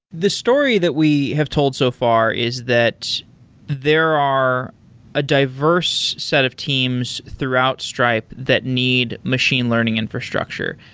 the story that we have told so far is that there are a diverse set of teams throughout stripe that need machine learning infrastructure.